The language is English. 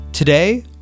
Today